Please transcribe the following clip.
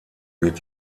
wird